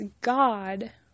God